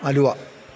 അലുവ